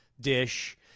dish